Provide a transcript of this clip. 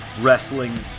Wrestling